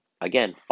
Again